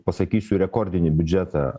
pasakysiu rekordinį biudžetą